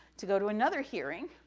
to go to another hearing,